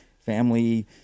family